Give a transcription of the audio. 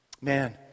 Man